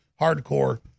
hardcore